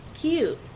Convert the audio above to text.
cute